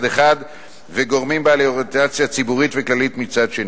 אחד וגורמים בעלי אוריינטציה ציבורית וכללית מצד שני.